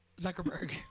Zuckerberg